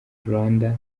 rwanda